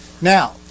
Now